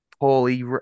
poorly